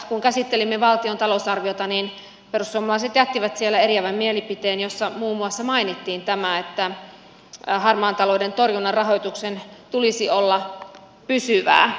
kun lakivaliokunnassa käsittelimme valtion talousarviota niin perussuomalaiset jättivät siellä eriävän mielipiteen jossa muun muassa mainittiin tämä että harmaan talouden torjunnan rahoituksen tulisi olla pysyvää